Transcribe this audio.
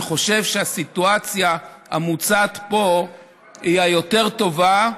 אני חושב שהסיטואציה המוצעת פה היא היותר-טובה,